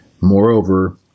Moreover